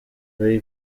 ray